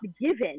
given